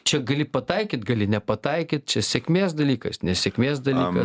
čia gali pataikyt gali nepataikyt čia sėkmės dalykas nesėkmės dalykas